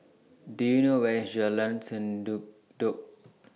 Do YOU know Where IS Jalan Sendudok